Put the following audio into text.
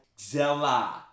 Zella